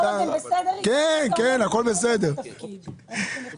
גם למסלול שהוא בחר.